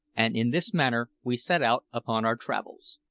and in this manner we set out upon our travels.